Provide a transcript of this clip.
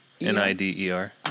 N-I-D-E-R